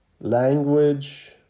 Language